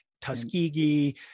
Tuskegee